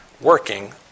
working